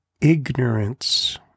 ignorance